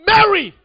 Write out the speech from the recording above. Mary